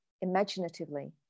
imaginatively